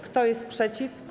Kto jest przeciw?